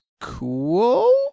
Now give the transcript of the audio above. cool